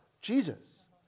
Jesus